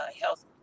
health